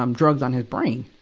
um drugs on his brain.